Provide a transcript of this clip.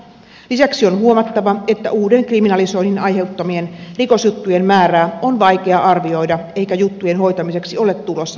lisäksi on huomattava että uuden kriminalisoinnin aiheuttamien rikosjuttujen määrää on vaikea arvioida eikä juttujen hoitamiseksi ole tulossa lisäresursseja viranomaisille